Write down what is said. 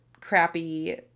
crappy